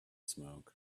smoke